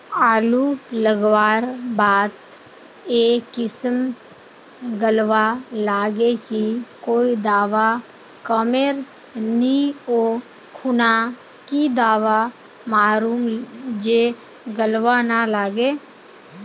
आलू लगवार बात ए किसम गलवा लागे की कोई दावा कमेर नि ओ खुना की दावा मारूम जे गलवा ना लागे?